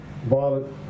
violent